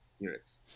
units